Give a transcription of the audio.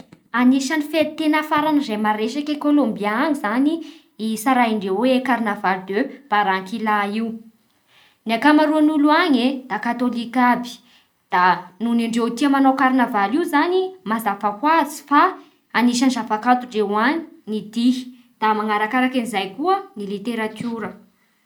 Anisan'ny fety da tena farany izay maresaky any Kolombia any zany itsaraindreo hoe carnaval de baranquilla io. Ny akamaroan'ny olo any e da katôlika aby, da noho indreo tia manao karinavaly io zany e. Mazava ho azy fa anisan'ny zava-kanto ndreo any ny dihy da manarakarak'izay koa ny literatiora